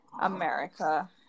America